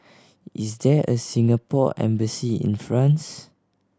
is there a Singapore Embassy in France